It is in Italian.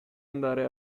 andare